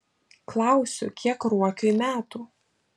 klausiu kiek ruokiui metų